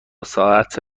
ساعت